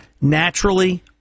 Naturally